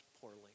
poorly